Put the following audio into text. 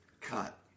cut